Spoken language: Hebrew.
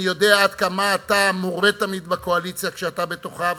אני יודע עד כמה אתה מורד תמיד בקואליציה כשאתה בתוכה,